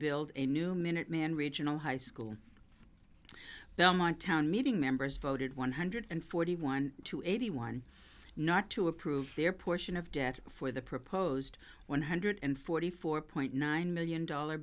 build a new minuteman regional high school belmont town meeting members voted one hundred forty one to eighty one not to approve their portion of debt for the proposed one hundred forty four point nine million dollar